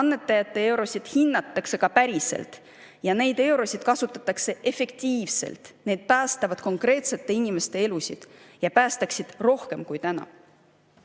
annetajate eurosid hinnatakse ka päriselt ja neid eurosid kasutatakse efektiivselt. Need päästavad konkreetsete inimeste elusid ja päästaksid rohkem kui